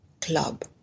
club